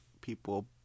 people